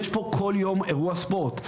יש פה כל יום אירוע ספורט.